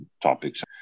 topics